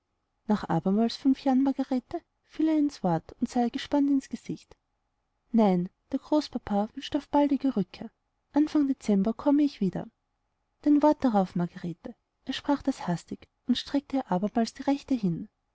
nach abermals fünf jahren margarete fiel er ihr ins wort und sah ihr gespannt in das gesicht nein der großpapa wünscht meine baldige rückkehr anfang dezember komme ich wieder dein wort darauf margarete er sprach das hastig und streckte ihr abermals die rechte hin